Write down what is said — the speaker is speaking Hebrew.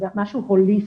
משהו הוליסטי.